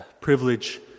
privilege